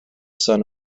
son